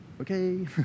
okay